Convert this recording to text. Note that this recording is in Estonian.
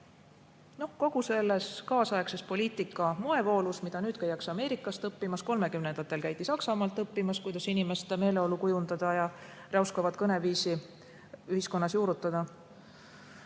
kogu selles kaasaegses poliitika moevoolus, mida nüüd käiakse Ameerikas õppimas, kolmekümnendatel käidi Saksamaal õppimas, kuidas inimeste meeleolu kujundada ja räuskavat kõneviisi ühiskonnas juurutada.